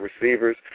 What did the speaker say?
receivers